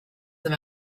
them